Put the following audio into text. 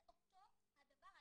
זה אותו הדבר.